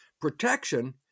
Protection